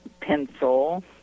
pencil